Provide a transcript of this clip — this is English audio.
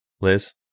Liz